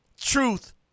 truth